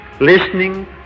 listening